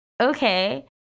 Okay